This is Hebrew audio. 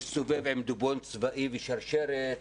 שהסתובב עם דובון צבאי ושרשרת.